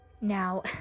now